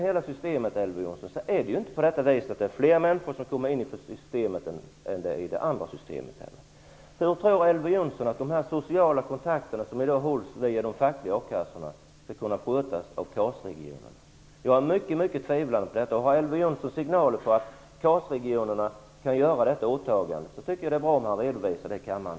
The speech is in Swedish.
Det är inte fler människor som kommer in i detta system än i det andra systemet. Elver Jonsson tror att de sociala kontakter som i dag sköts via de fackliga a-kassorna skall kunna skötas av KAS regionerna. Jag tvivlar mycket på detta. Om Elver Jonsson har fått signaler om att KAS-regionerna kan sköta dessa åtaganden, vill jag gärna att han redovisar det i kammaren.